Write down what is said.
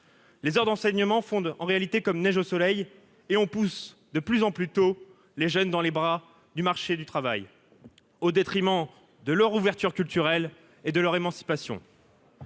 Les heures d'enseignement fonde en réalité comme neige au soleil et on pousse de plus en plus tôt les jeunes dans les bras du marché du travail, au détriment de leur ouverture culturelle et de leur émancipation.